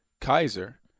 Kaiser